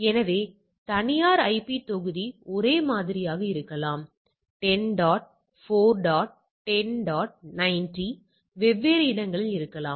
எனவே தனியார் ஐபி தொகுதி ஒரே மாதிரியாக இருக்கலாம் 10 டாட் 4 டாட் 10 டாட் 90 வெவ்வேறு இடங்களில் இருக்கலாம்